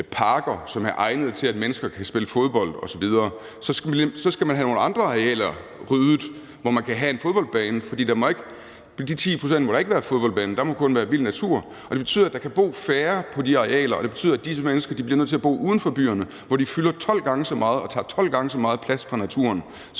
som er egnet til, at mennesker kan spille fodbold osv., og så skal man have nogle andre arealer ryddet, hvor man kan have en fodboldbane, for på de 10 pct. må der ikke være en fodboldbane; der må kun være vild natur. Det betyder, at der kan bo færre på de arealer, og det betyder, at disse mennesker bliver nødt til at bo uden for byerne, hvor de fylder 12 gange så meget og tager 12 gange så meget plads fra naturen,